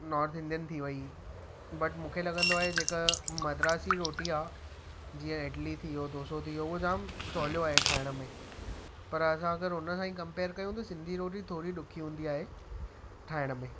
north Indian थी वेई but मूंखे लॻंदो आहे जेका मद्रासी रोटी आहे जीअं इडली थी वियो डोसो थी वियो इहे जाम सवलो आहे ठाहिण में पर असां अॻरि उन खां ई कम्पेयर कयूं त सिंधी रोटी थोरी ॾुखी हूंंदी आहे ठाहिण में